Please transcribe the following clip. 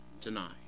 tonight